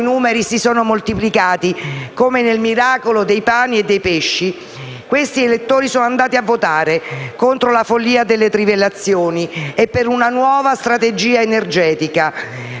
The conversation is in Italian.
Grazie a tutte